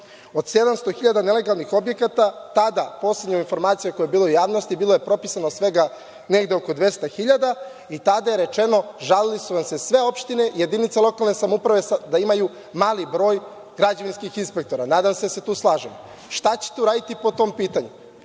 Od 700 hiljada nelegalnih objekata tada, poslednja informacija koja je bila u javnosti, bilo je popisano svega negde oko 200 hiljada. Tada je rečeno - žalile su nam se sve opštine jedinice lokalne samouprave da imaju mali broj građevinskih inspektora. Nadam se da se tu slažemo. Šta ćete uraditi po tom pitanju?